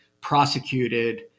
prosecuted